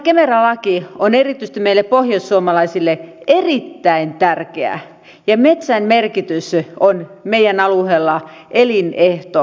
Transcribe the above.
kemera laki on erityisesti meille pohjoissuomalaisille erittäin tärkeä ja metsän merkitys on meidän alueella elinehto